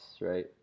right